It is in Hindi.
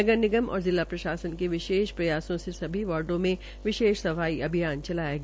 नगर निगम और जिला प्रशासन के विशेष प्रयासों में सभी वार्डो में विशेष सफाई अभियान चलाया गया